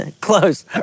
close